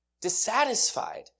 Dissatisfied